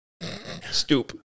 Stoop